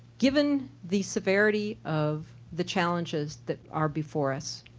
given the severity of the challenges that are before us,